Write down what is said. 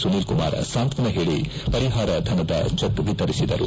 ಸುನೀಲಕುಮಾರ್ ಸಾಂತ್ವನ ಹೇಳಿ ಪರಿಹಾರ ಧನದ ಚೆಕ್ವಿತರಿಸಿದರು